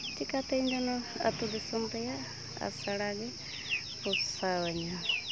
ᱪᱤᱠᱟᱹᱛᱮ ᱤᱧ ᱫᱚ ᱱᱚᱣᱟ ᱟᱛᱳ ᱫᱤᱥᱚᱢ ᱨᱮᱭᱟᱜ ᱟᱥᱲᱟ ᱜᱮ ᱯᱚᱥᱟᱣᱟᱹᱧᱟᱹ